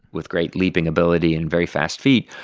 with great leaping ability and very fast feet.